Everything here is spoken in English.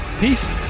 Peace